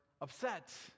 upset